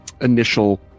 initial